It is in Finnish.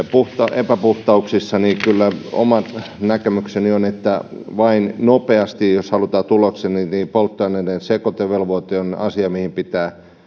epäpuhtauksissa niin kyllä oma näkemykseni on että jos nopeasti halutaan tuloksia niin polttoaineiden sekoitevelvoite on asia mihin pitää